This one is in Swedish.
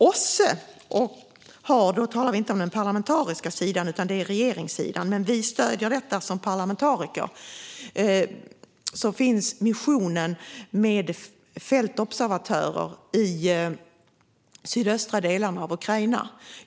OSSE har - då talar vi inte om den parlamentariska sidan utan om regeringssidan, men vi stöder detta som parlamentariker - missionen med fältobservatörer i de sydöstra delarna av Ukraina.